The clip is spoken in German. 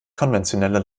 konventioneller